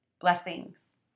Blessings